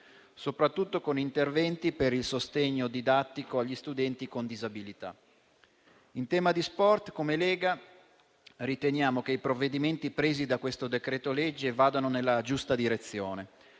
soprattutto con interventi per il sostegno didattico agli studenti con disabilità. In tema di sport, come Lega riteniamo che i provvedimenti presi da questo decreto-legge vadano nella giusta direzione,